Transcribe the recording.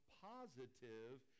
positive